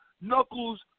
Knuckles